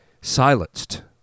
silenced